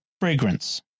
fragrance